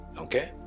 okay